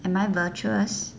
am I virtuous